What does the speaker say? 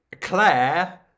Claire